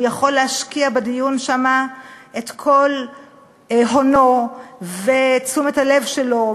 הוא יכול להשקיע בדיון שם את כל הונו ואת תשומת הלב שלו,